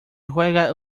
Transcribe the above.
juega